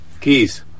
Keys